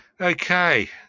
Okay